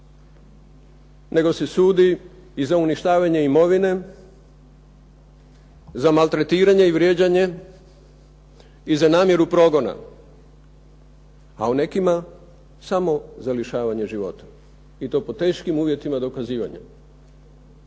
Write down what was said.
nego se sudi i za uništavanje imovine, za maltretiranje i vrijeđanje i za namjeru progona, a u nekima samo za lišavanje života i to pod teškim uvjetima dokazivanja,